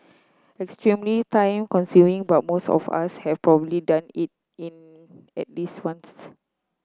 extremely time consuming but most of us have probably done it in at least once